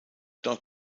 dort